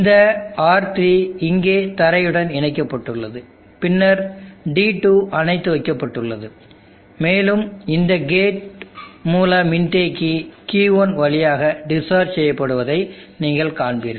இந்த R3 இங்கே தரையுடன் இணைக்கப்பட்டுள்ளது பின்னர் D2 அணைத்து வைக்கப்பட்டுள்ளது மேலும் இந்த கேட் மூல மின்தேக்கி Q1 வழியாக டிஸ்சார்ஜ் செய்யப்படுவதை நீங்கள் காண்பீர்கள்